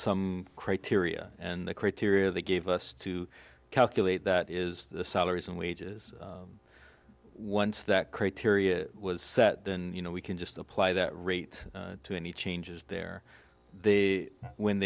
some criteria and the criteria they gave us to calculate that is salaries and wages once that criteria was set then you know we can just apply that rate to any changes there they when